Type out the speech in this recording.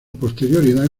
posterioridad